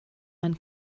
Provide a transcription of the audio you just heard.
man